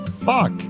fuck